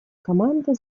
команду